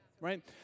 right